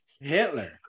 Hitler